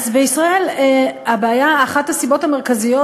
אז בישראל אחת הסיבות המרכזיות,